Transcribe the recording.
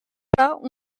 pas